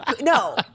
no